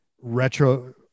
retro